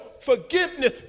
forgiveness